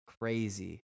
crazy